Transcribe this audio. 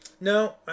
no